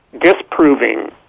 disproving